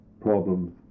problems